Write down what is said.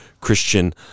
Christian